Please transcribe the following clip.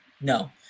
no